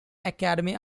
academy